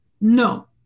No